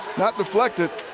not deflected.